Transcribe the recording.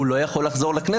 הוא לא יכול לחזור לכנסת.